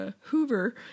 hoover